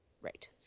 Right